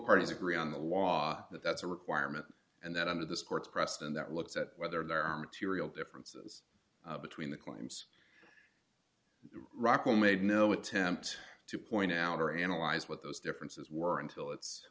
parties agree on the law that that's a requirement and that under this court's precedent that looks at whether there are material differences between the claims rocco made no attempt to point out or analyze what those differences were until it's